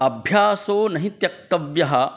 अभ्यासो न हि त्यक्तव्यः